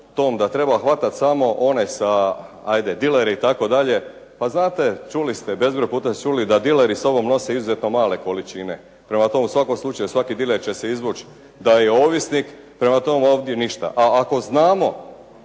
da treba hvatat samo one sa hajde dilere itd. pa znate čuli ste, bezbroj puta ste čuli da dileri sa sobom nose izuzetno male količine. Prema tome, u svakom slučaju svaki diler će se izvući da je ovisnik. Prema tome, ovdje ništa. A ako znamo